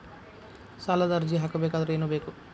ಸಾಲದ ಅರ್ಜಿ ಹಾಕಬೇಕಾದರೆ ಏನು ಬೇಕು?